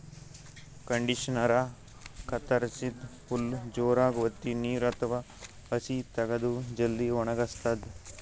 ಕಂಡಿಷನರಾ ಕತ್ತರಸಿದ್ದ್ ಹುಲ್ಲ್ ಜೋರಾಗ್ ವತ್ತಿ ನೀರ್ ಅಥವಾ ಹಸಿ ತಗದು ಜಲ್ದಿ ವಣಗಸ್ತದ್